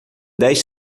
dez